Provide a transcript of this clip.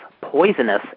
poisonous